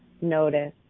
notice